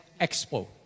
Expo